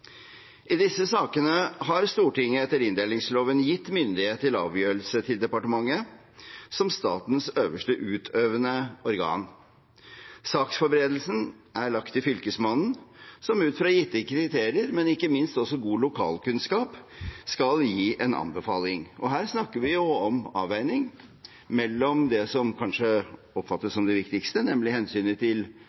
I disse sakene har Stortinget etter inndelingsloven gitt myndighet til avgjørelse til departementet som statens øverste utøvende organ. Saksforberedelsen er lagt til Fylkesmannen som ut fra gitte kriterier og ikke minst god lokalkunnskap skal gi en anbefaling. Her snakker vi om en avveining mellom det som kanskje oppfattes som det viktigste, nemlig hensynet